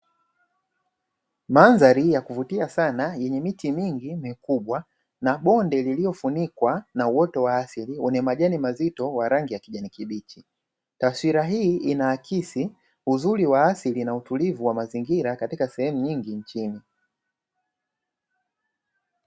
Madhari ya kuvutia sana yenye miti mingi mikubwa na bonde lililofunikwa na uoto wa asili wenye majani mazito wa rangi ya kijani kibichi, taswira hii inaakisi uzuri wa asili na utulivu wa mazingira katika sehemu nyingi nchini.